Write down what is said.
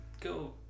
go